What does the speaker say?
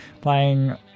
playing